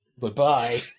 Goodbye